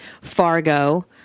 Fargo